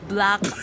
Black